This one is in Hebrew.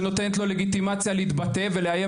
שנותנת לו את הלגיטימציה להתבטא ולאיים